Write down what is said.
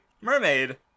mermaid